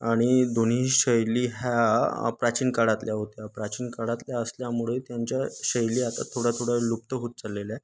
आणि दोन्ही शैली ह्या प्राचीन काळातल्या होत्या प्राचीन काळातल्या असल्यामुळे त्यांच्या शैली आता थोड्या थोड्या लुप्त होत चाललेल्या आहे